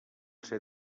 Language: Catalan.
ser